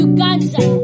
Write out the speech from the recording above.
Uganda